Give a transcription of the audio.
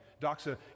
Doxa